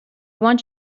want